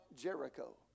Jericho